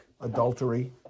adultery